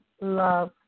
love